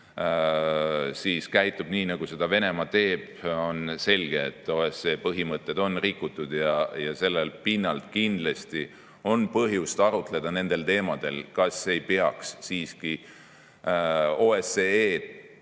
siis käitub nii, nagu Venemaa praegu teeb, on selge, et OSCE põhimõtteid on rikutud. Sellelt pinnalt kindlasti on põhjust arutleda nendel teemadel, kas ei peaks siiski OSCE-d